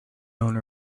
owner